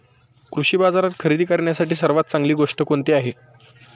कृषी बाजारात खरेदी करण्यासाठी सर्वात चांगली गोष्ट कोणती आहे?